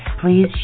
please